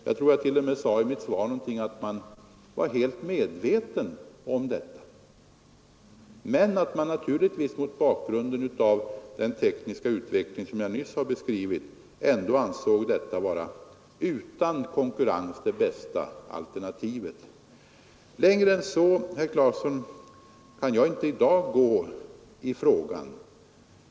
Jag tror att jag i mitt svar t.o.m. sade att man varit helt medveten om detta, men att man naturligtvis mot bakgrund av den tekniska utveckling som jag nyss har beskrivit ändå ansåg detta alternativ vara det utan konkurrens bästa. Längre än så, herr Clarkson, kan jag i dag inte gå i frågan.